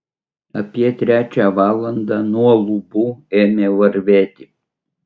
apie trečią valandą nuo lubų ėmė varvėti